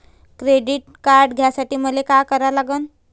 Credit card घ्यासाठी मले का करा लागन?